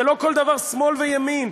לא כל דבר זה שמאל וימין,